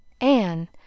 Anne